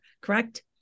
correct